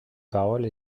parole